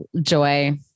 joy